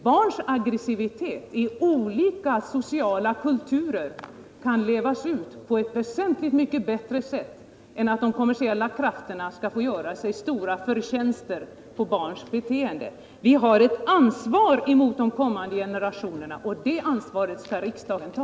Barns aggressivitet i olika sociala kulturer kan levas ut på ett väsentligt mycket bättre sätt än att de kommersiella krafterna skall få göra sig stora förtjänster på barns beteende. Vi har ett ansvar emot de kommande generationerna, och det ansvaret skall riksdagen ta.